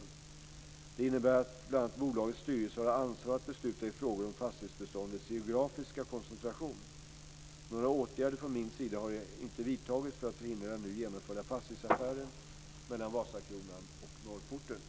Detta innebär bl.a. att bolagets styrelse har ansvar att besluta i frågor om fastighetsbeståndets geografiska koncentration. Några åtgärder från min sida har inte vidtagits för att förhindra den nu genomförda fastighetsaffären mellan Vasakronan och